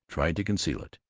tried to conceal it,